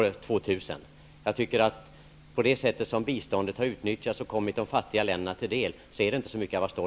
Det är inte så mycket att vara stolt över när man tänker på det sätt som biståndet har utnyttjats och kommit de fattiga länderna till del.